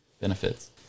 benefits